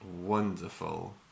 Wonderful